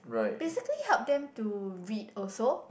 basically help them to read also